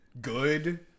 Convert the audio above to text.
good